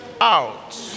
out